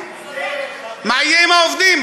מה יהיה עם העובדים?